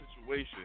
situation